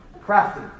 Crafty